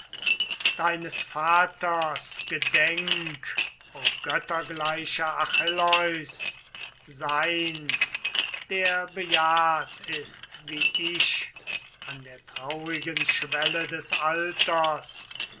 deines vaters gedenk o göttergleicher achilleus sein der bejahrt ist wie ich an der traurigen schwelle des alters